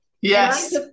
Yes